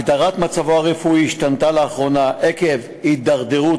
הגדרת מצבו הרפואי השתנתה לאחרונה עקב התדרדרות